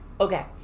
Okay